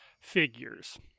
figures